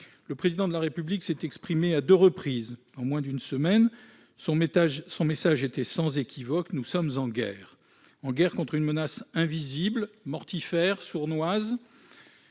Le Président de la République s'est exprimé à deux reprises en moins d'une semaine. Son message était sans équivoque : nous sommes en guerre ; en guerre contre une menace invisible, mortifère, sournoise,